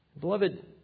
Beloved